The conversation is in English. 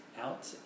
out